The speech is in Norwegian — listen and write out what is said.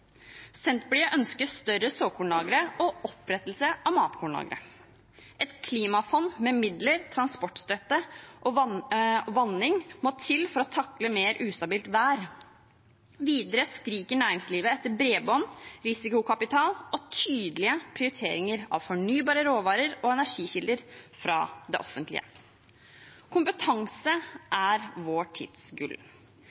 Senterpartiet ønsker større såkornlagre og opprettelse av matkornlagre. Et klimafond med midler, transportstøtte og vanning må til for å takle mer ustabilt vær. Videre skriker næringslivet etter bredbånd, risikokapital og tydelige prioriteringer av fornybare råvarer og energikilder fra det offentlige. Kompetanse